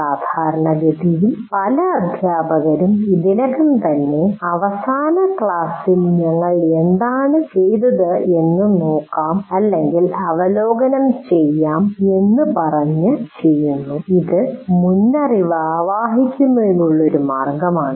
സാധാരണഗതിയിൽ പല അദ്ധ്യാപകരും ഇതിനകം തന്നെ "അവസാന ക്ലാസ്സിൽ ഞങ്ങൾ എന്താണ് ചെയ്തതെന്ന് നോക്കാം അല്ലെങ്കിൽ അവലോകനം ചെയ്യാം" എന്ന് പറഞ്ഞ് അത് ചെയ്യുന്നു ഇത് മുൻഅറിവ് ആവാഹിക്കുന്നതിനുള്ള ഒരു മാർഗമാണ്